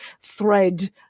thread